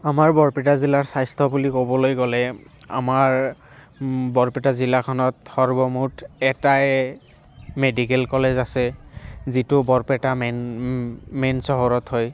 আমাৰ বৰপেটা জিলাৰ স্বাস্থ্য বুলি ক'বলৈ গ'লে আমাৰ বৰপেটা জিলাখনত সৰ্বমুঠ এটাই মেডিকেল কলেজ আছে যিটো বৰপেটা মেইন মেইন চহৰত হয়